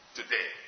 today